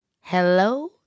Hello